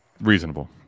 reasonable